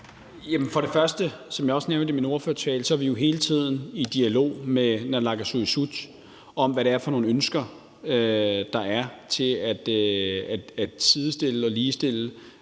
sige, at vi, som jeg også nævnte i min tale, jo hele tiden er i dialog med naalakkersuisut om, hvad det er for nogle ønsker, der er til at sidestille og ligestille